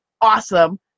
awesome